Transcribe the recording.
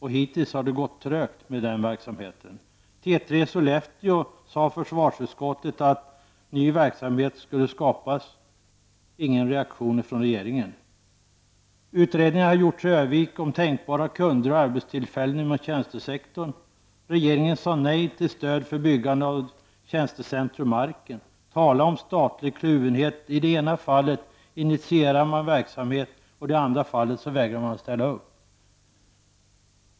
Hittills har det gått trögt med ny verksamhet. Utredningar har gjorts i Örnsköldsvik om tänkbara kunder och arbetstillfällen inom tjänstesektorn. Regeringen sade nej till stöd för byggandet av tjänstecentrum Arken. Tala om statlig kluvenhet! I det ena fallet initierar man verksamhet och i det andra fallet vägrar man att ställa upp.